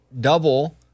double